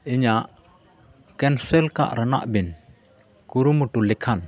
ᱤᱧᱟᱹᱜ ᱠᱮᱱᱥᱮᱞ ᱠᱟᱜ ᱨᱮᱱᱟᱜ ᱵᱤ ᱠᱩᱨᱩᱢᱩᱴᱩ ᱞᱮᱠᱷᱟᱱ